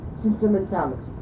sentimentality